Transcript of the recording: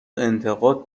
انتقاد